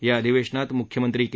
या अधिवेशनात मुख्यमंत्री के